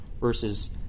versus